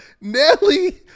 Nelly